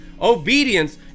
Obedience